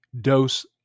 dose